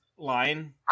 Line